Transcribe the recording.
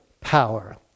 power